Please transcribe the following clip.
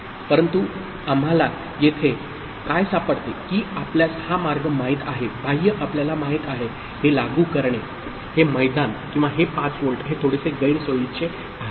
परंतु आम्हाला येथे काय सापडते की आपल्यास हा मार्ग माहित आहे बाह्य आपल्याला माहित आहे हे लागू करणे हे मैदान किंवा 5 व्होल्ट हे थोडेसे गैरसोयीचे आहे